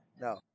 No